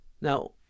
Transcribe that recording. Now